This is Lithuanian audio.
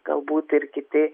galbūt ir kiti